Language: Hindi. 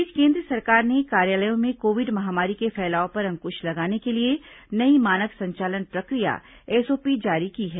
इस बीच केंद्र सरकार ने कार्यालयों में कोविड महामारी के फैलाव पर अंक्श लगाने के लिए नई मानक संचालन प्रक्रिया एसओपी जारी की है